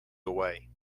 away